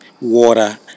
water